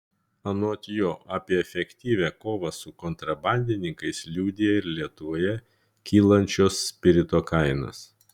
anot jo apie efektyvią kovą su kontrabandininkais liudija ir lietuvoje kylančios spirito kainos